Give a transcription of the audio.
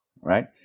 right